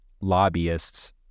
lobbyists